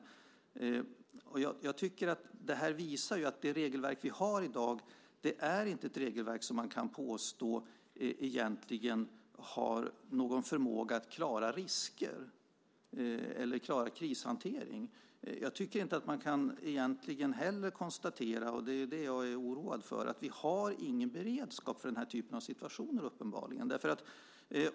Jag tycker att det här visar att det regelverk som vi har i dag inte är ett regelverk som man kan påstå har någon förmåga att klara risker eller krishantering. Jag är oroad för att vi uppenbarligen inte har någon beredskap för den här typen av situationer.